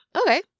okay